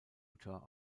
utah